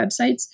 websites